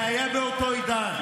לא, זה באותו עידן.